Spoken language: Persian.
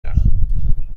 دارم